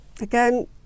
again